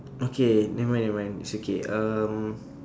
okay nevermind nevermind it's okay um